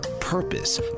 purpose